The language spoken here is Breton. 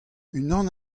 unan